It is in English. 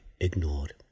ignored